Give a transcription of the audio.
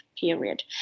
period